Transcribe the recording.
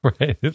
right